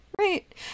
Right